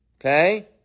Okay